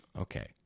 Okay